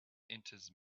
enters